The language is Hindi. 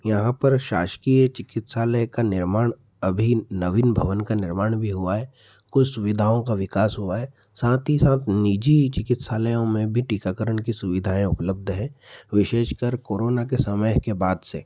यहाँ पर शासकीय चिकित्सालय का निर्माण अभी नवीन भवन का निर्माण अभी हुआ है कुछ सुविधाओं का विकास हुआ है साथ ही साथ निजी चिकित्सालयों में भी टीकाकरण की सुविधाएँ उपलब्ध हैं विशेषकर कोरोना के समय के बाद से